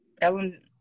Ellen